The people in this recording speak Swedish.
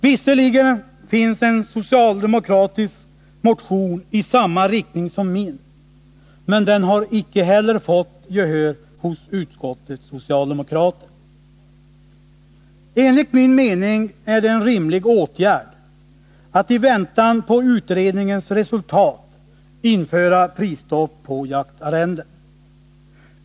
Visserligen finns en socialdemokratisk motion som går i samma riktning som min, men den har icke heller fått gehör hos utskottets socialdemokrater. Enligt min mening är det en rimlig åtgärd att i väntan på utredningens resultat införa prisstopp på jaktarrenden.